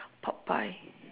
pop by